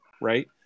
right